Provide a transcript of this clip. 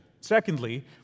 Secondly